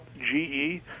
GE